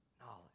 knowledge